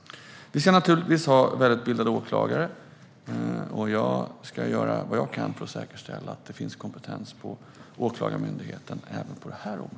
Vi ska givetvis ha välutbildade åklagare, och jag ska göra vad jag kan för att säkerställa att det finns kompetens på Åklagarmyndigheten även på detta område.